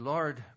Lord